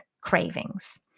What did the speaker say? cravings